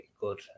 good